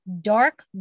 dark